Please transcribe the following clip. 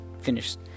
finished